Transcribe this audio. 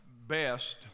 best